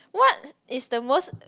what is the most